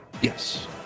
Yes